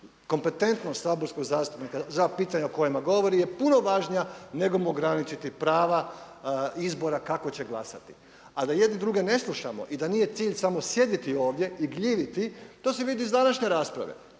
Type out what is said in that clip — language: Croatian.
kompetentnost saborskog zastupnika za pitanja o kojima govori je puno važnija nego mu ograničiti prava izbora kako će glasati, a da jedni druge ne slušamo i da nije cilj samo sjediti ovdje i gljiviti to se vidi iz današnje rasprave,